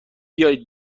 بیایید